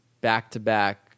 back-to-back